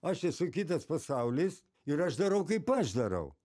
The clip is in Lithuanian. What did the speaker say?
aš esu kitas pasaulis ir aš darau kaip aš darau